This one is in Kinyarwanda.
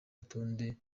rutonde